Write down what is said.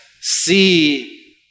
see